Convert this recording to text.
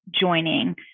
joining